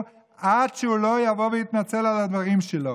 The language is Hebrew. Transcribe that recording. עד שהוא יבוא ויתנצל על הדברים שלו.